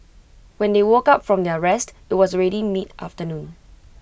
when they woke up from their rest IT was ready mid afternoon